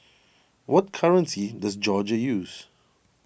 what currency does Georgia use